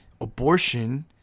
abortion